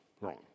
Wrong